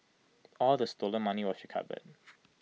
all the stolen money was recovered